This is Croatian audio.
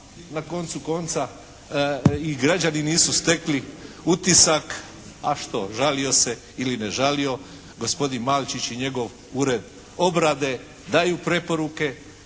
na koncu konca i građani nisu stekli utisak. A što, žalio se ili ne žalio gospodin Malčić i njegov Ured obrane daju preporuke,